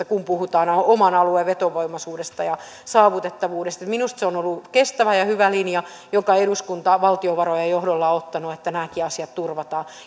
kun puhutaan oman alueen vetovoimaisuudesta ja saavutettavuudesta minusta on ollut kestävä ja hyvä linja se minkä eduskunta valtiovarojen johdolla on ottanut eli että nämäkin asiat turvataan